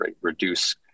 reduce